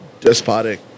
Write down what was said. despotic